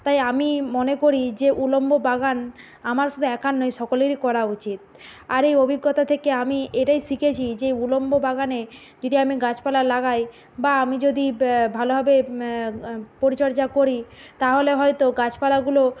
তাই আমি মনে করি যে উলম্ব বাগান আমার শুধু একার নয় সকলেরই করা উচিত আর এই অভিজ্ঞতা থেকে আমি এটাই শিখেছি যে উলম্ব বাগানে যদি আমি গাছপালা লাগাই বা আমি যদি ব্যা ভালোভাবে ম্যা পরিচর্যা করি তাহলে হয়তো গাছপালাগুলো